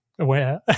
aware